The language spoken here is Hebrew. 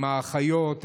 האחיות,